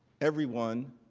everyone